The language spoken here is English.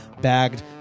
bagged